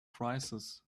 crisis